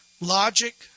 Logic